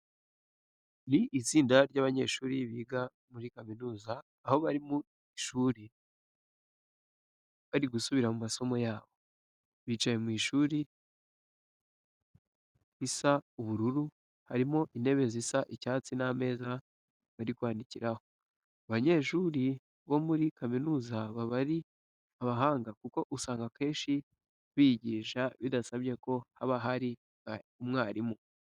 Ni itsinda ry'abanyeshuri biga muri kaminuza, aho bari mu ishuri bari gusubira mu masomo yabo. Bicaye mu ishuri risa ubururu, harimo intebe zisa icyatsi n'ameza bari kwandikiraho. Abanyeshuri bo muri kaminuza baba ari abahanga kuko usanga akenshi biyigisha bidasabye ko haba hari umwarimu.